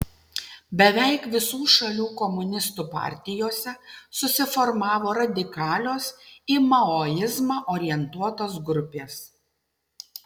beveik visų šalių komunistų partijose susiformavo radikalios į maoizmą orientuotos grupės